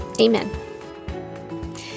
Amen